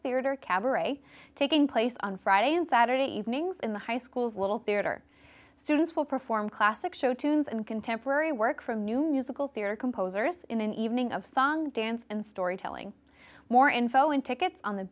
theatre cabaret taking place on friday and saturday evenings in the high school's little theater students will perform classic show tunes and contemporary work from new musical theater composers in an evening of song dance and storytelling more info and tickets on the